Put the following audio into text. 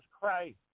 Christ